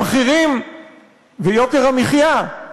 המחירים ויוקר המחיה,